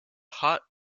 hot